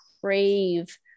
crave